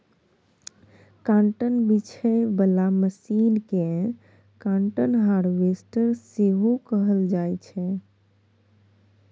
cotton बीछय बला machine केँ काँटन हार्वेस्टर सेहो कहल जाइ छै